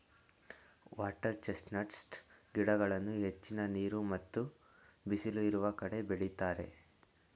water chestnuts ಗಿಡಗಳನ್ನು ಹೆಚ್ಚಿನ ನೀರು ಮತ್ತು ಬಿಸಿಲು ಇರುವ ಕಡೆ ಬೆಳಿತರೆ